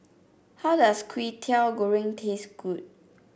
how does Kwetiau Goreng taste good